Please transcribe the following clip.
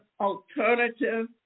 alternative